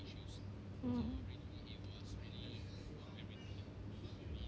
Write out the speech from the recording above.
mmhmm